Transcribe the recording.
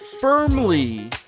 firmly